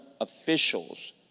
officials